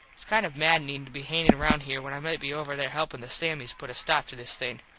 its kind of maddening to be hangin round here when i might be over there helpin the sammies put a stop to this thing.